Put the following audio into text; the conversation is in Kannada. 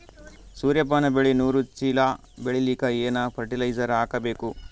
ಸೂರ್ಯಪಾನ ಬೆಳಿ ನೂರು ಚೀಳ ಬೆಳೆಲಿಕ ಏನ ಫರಟಿಲೈಜರ ಹಾಕಬೇಕು?